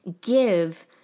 give